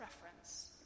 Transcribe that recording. preference